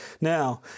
Now